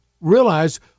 Realize